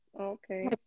Okay